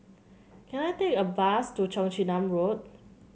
can I take a bus to Cheong Chin Nam Road